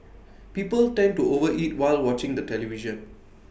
people tend to overeat while watching the television